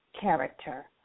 character